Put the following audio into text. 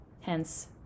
hence